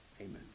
amen